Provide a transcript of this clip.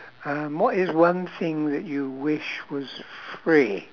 um what is one thing that you wish was free